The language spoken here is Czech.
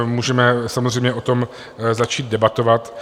Můžeme samozřejmě o tom začít debatovat.